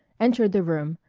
entered the room,